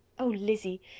oh, lizzy!